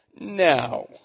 now